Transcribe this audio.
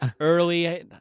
early